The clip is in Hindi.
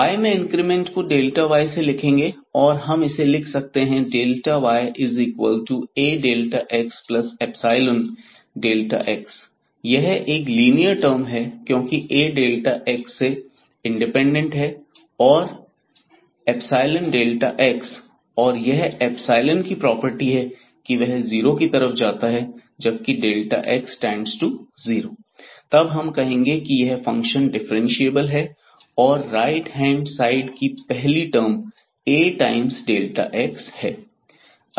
y में इंक्रीमेंट को y से लिखेंगे और हम इसे लिख सकते हैं yAxϵx यह एक लीनियर टर्म है क्योंकि A x से इंडिपेंडेंट है और ϵx और यह की प्रॉपर्टी है कि वह जीरो की तरफ जाता है जबकि x→0 तब हम कहेंगे कि यह फंक्शन डिफ्रेंशिएबल है और राइट हैंड साइड की पहली टर्म A टाइम्स x है